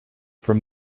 from